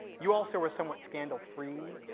you also were somewhat scandal-free.